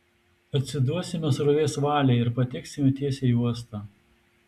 atsiduosime srovės valiai ir pateksime tiesiai į uostą